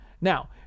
Now